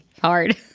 Hard